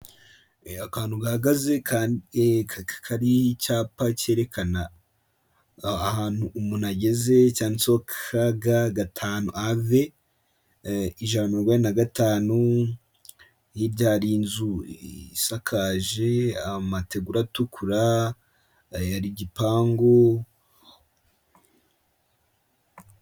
E, akantu gahagaze ka kari icyapa cyerekana ahantu umuntu ageze, cyanditse kg gatanu ave ijana na mirongo inani na gatanu. Hiriya hari inzu isakaje amategura atukura, hari igipangu.